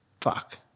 fuck